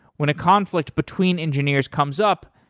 when a conflict between engineers comes up,